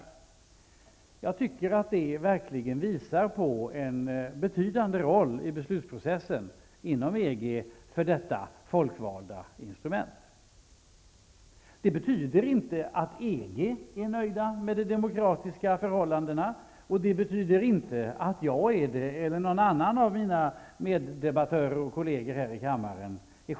Det visar verkligen på en betydande roll i beslutsprocessen för detta folkvalda instrument inom EG. Det betyder inte att EG är nöjt med vad EG uppnått med avseende på de demokratiska förhållandena, och det betyder inte att jag eller någon annan av mina meddebattörer och kolleger här i kammaren är det.